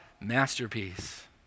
masterpiece